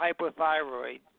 hypothyroid